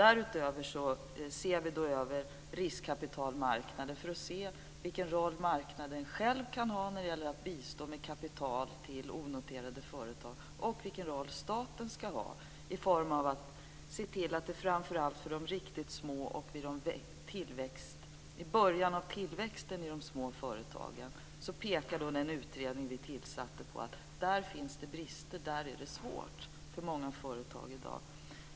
Därutöver ser vi över riskkapitalmarknader för att se vilken roll marknaden själv kan ha när det gäller att bistå med kapital till onoterade företag och vilken roll staten ska ha, framför allt för små företag som är i början av sin tillväxt. Där, visar den utredning vi tillsatte, finns det brister, och där är det svårt för många företag i dag.